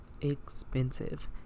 expensive